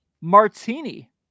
Martini